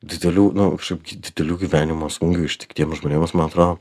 didelių nu šiaip gi didelių gyvenimo smūgių ištiktiem žmonėms man atro